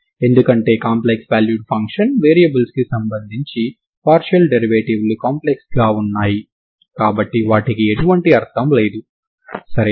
ఎందుకంటే complex valued function వేరియబుల్స్కు సంబంధించి పార్షియల్ డెరివేటివ్ లు కాంప్లెక్స్ గా ఉన్నాయి కాబట్టి వాటికి ఎటువంటి అర్థం లేదు సరేనా